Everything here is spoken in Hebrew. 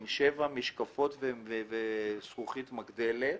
נבחנים דרך שבע משקפות וזכוכיות מגדלת.